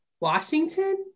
Washington